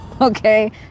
okay